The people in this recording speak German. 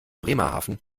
bremerhaven